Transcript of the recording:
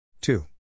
two